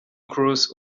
kroos